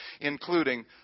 including